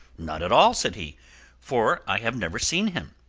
not at all, said he for i have never seen him.